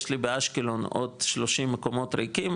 יש לי באשקלון עוד שלושים מקומות ריקים,